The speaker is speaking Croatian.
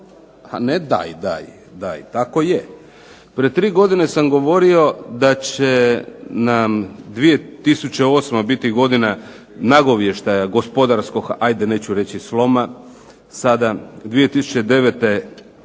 A ne daj, daj, daj, tako je. Pred tri godine sam govorio da će nam 2008. biti godina nagovještaja gospodarskog, ajde neću reći sloma sada, 2009. kraha,